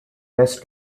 test